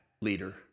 leader